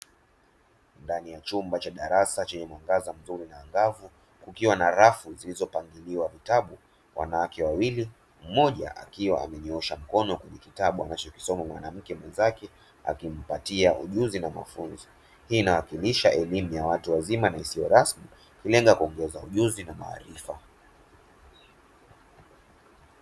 Ndani ya chumba cha darasa chenye muangaza muzuri na angavu kukiwa na rafu zilizopangiliwa vitabu ,wanawake wawili mmoja akiwa amenyoosha mkono kwenye kitabu anachokisoma mwanamke mwezake akimpatia ujuzi na mafunzo hii inawakilisha elimu ya watu wazima na isiyo rasmi ikilenga kuongeza ujuzi na maarifa.